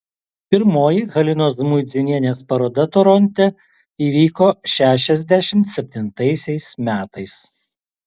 pirmoji halinos žmuidzinienės paroda toronte įvyko šešiasdešimt septintaisiais metais